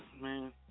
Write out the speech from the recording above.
Man